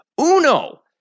Uno